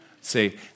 say